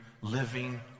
living